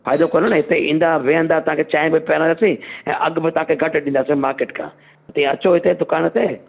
फ़ाइदो कोन्हे हिते ई ईंदा विहंदा तव्हांखे चांहि वाय पीआरींदासीं ऐं अघ बि तव्हांखे घटि ॾींदासीं मार्किट खां ते अचो हिते दुकान ते